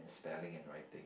spelling and writing